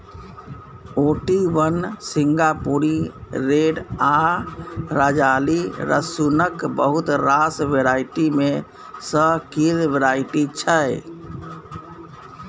Ooty one, Singapuri red आ राजाली रसुनक बहुत रास वेराइटी मे सँ किछ वेराइटी छै